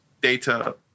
data